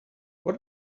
what